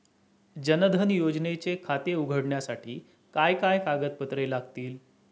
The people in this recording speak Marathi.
जनधन योजनेचे खाते उघडण्यासाठी काय काय कागदपत्रे लागतील?